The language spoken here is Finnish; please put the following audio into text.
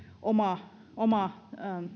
meillä on oma